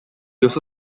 also